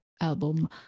album